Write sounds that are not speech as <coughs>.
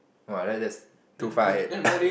!wah! I like that's too far ahead <coughs>